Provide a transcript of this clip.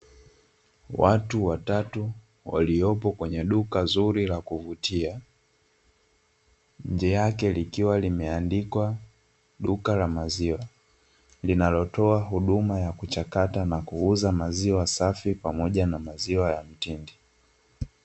Watu watatu waliopo kwenye duka zuri la kuvutia, nje yake likiwa limeandikwa, duka la maziwa, linalotoa huduma ya kuuza na kuchakata maziwa safi na maziwa ya mtindi.